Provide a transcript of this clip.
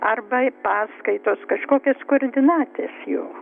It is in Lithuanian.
arba paskaitos kažkokias koordinates jų